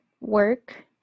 work